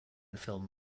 film